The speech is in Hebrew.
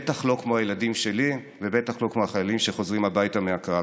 בטח לא כמו הילדים שלי ובטח לא כמו החיילים שחוזרים הביתה מהקרב.